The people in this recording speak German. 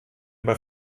bei